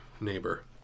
neighbor